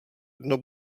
dno